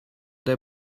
der